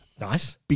Nice